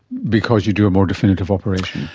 because you do a more definitive operation?